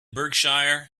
berkshire